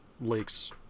lakes